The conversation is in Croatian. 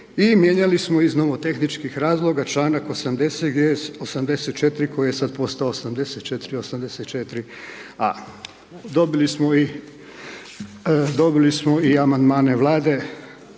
I mijenjali smo iz nomotehničkih razloga članak 80. gdje je 84. koji je sad postao 84., 84a. Dobili smo i, dobili